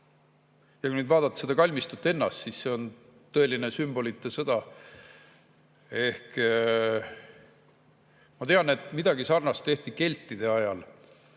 Ja kui nüüd vaadata seda kalmistut ennast, siis see on tõeline sümbolite sõda. Ma tean, et midagi sarnast tehti keltide ajal.